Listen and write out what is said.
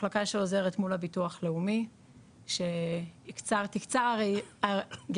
מחלקה שעוזרת מול הביטוח הלאומי שתקצר היריעה